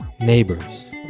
neighbors